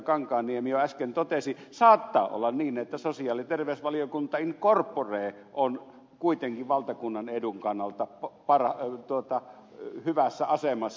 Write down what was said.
kankaanniemi jo äsken totesi saattaa olla niin että sosiaali ja terveysvaliokunta in corpore on kuitenkin valtakunnan edun kannalta hyvässä asemassa